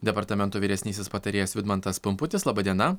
departamento vyresnysis patarėjas vidmantas pumputis laba diena